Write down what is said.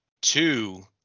two